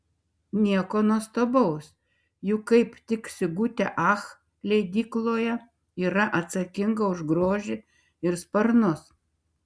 nieko nuostabaus juk kaip tik sigutė ach leidykloje yra atsakinga už grožį ir sparnus